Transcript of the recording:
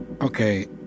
Okay